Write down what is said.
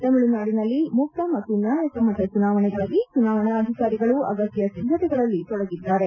ತಮಿಳುನಾಡಿನಲ್ಲಿ ಮುಕ್ತ ಮತ್ತು ನ್ವಾಯಸಮ್ನತ ಚುನಾವಣೆಗಾಗಿ ಚುನಾವಣಾ ಅಧಿಕಾರಿಗಳು ಅಗತ್ತ ಸಿದ್ದತೆಗಳಲ್ಲಿ ತೊಡಗಿದ್ದಾರೆ